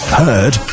heard